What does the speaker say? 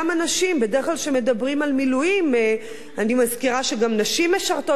בדרך כלל כשמדברים על מילואים אני מזכירה שגם נשים משרתות במילואים,